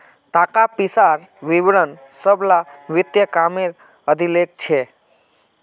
ताका पिसार विवरण सब ला वित्तिय कामेर अभिलेख छे